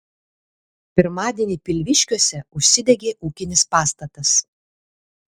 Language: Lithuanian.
pirmadienį pilviškiuose užsidegė ūkinis pastatas